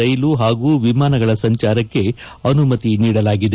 ರೈಲು ಹಾಗೂ ವಿಮಾನಗಳ ಸಂಚಾರಕ್ಕೆ ಅನುಮತಿ ನೀಡಲಾಗಿದೆ